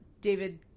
David